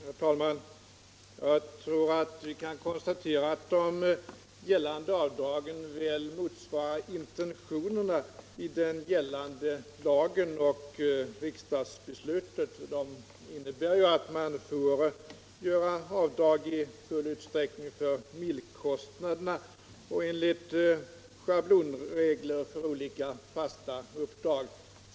Herr talman! Jag tror att vi kan konstatera att avdragen väl motsvarar intentionerna i den gällande lagen och riksdagsbeslutet. Det innebär att avdrag får göras i full utsträckning för milkostnaderna och enligt schablonregler för olika fasta uppdrag.